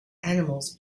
animals